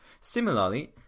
Similarly